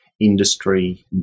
industry